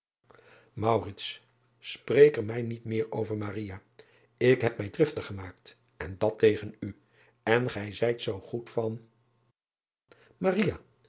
er mij niet meer over ik heb mij driftig gemaakt en dat tegen u en gij zijt zoo goed van